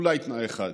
אולי תנאי אחד,